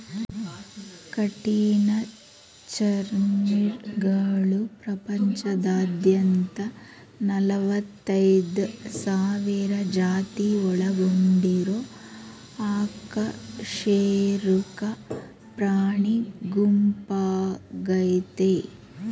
ಕಠಿಣಚರ್ಮಿಗಳು ಪ್ರಪಂಚದಾದ್ಯಂತ ನಲವತ್ತೈದ್ ಸಾವಿರ ಜಾತಿ ಒಳಗೊಂಡಿರೊ ಅಕಶೇರುಕ ಪ್ರಾಣಿಗುಂಪಾಗಯ್ತೆ